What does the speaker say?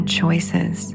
choices